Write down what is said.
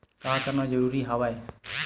का करना जरूरी हवय?